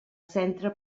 centre